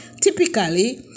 typically